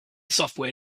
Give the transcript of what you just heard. software